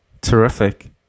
terrific